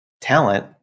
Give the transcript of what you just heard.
talent